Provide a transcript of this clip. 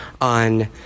on